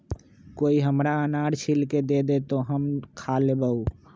कोई हमरा अनार छील के दे दे, तो हम खा लेबऊ